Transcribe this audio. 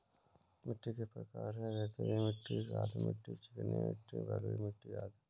मिट्टी के प्रकार हैं, रेतीली मिट्टी, गाद मिट्टी, चिकनी मिट्टी, बलुई मिट्टी अदि